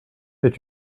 est